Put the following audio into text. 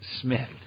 Smith